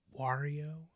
Wario